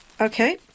okay